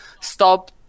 stop